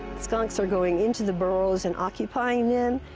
skunks are going into the burrows and occupying them,